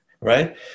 right